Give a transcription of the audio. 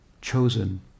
chosen